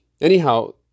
Anyhow